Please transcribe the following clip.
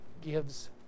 gives